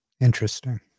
Interesting